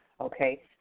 okay